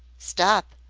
stop,